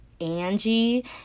Angie